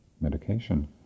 medication